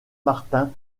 martin